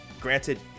granted